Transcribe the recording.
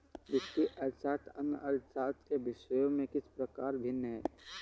वित्तीय अर्थशास्त्र अन्य अर्थशास्त्र के विषयों से किस प्रकार भिन्न है?